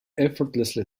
effortlessly